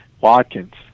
Watkins